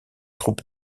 troupe